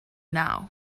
now